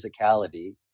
physicality